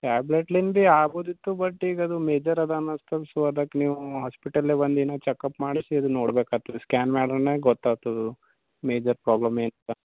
ಟ್ಯಾಬ್ಲೇಟ್ಲಿಂದ ಆಗೋದಿತ್ತು ಬಟ್ ಈಗ ಅದು ಮೇಜರ್ ಅದ ಅನಸ್ತದೆ ಸೊ ಅದಕ್ಕೆ ನೀವು ಹಾಸ್ಪಿಟಲಲ್ಲೇ ಒಂದಿನ ಚೆಕಪ್ ಮಾಡಿಸಿ ನೋಡ್ಬೇಕಾಗ್ತದೆ ಸ್ಕ್ಯಾನ್ ಮಾಡ್ದ್ರೇನೇ ಗೊತ್ತಾತದು ಮೇಜರ್ ಪ್ರಾಬ್ಲಮ್ ಏನು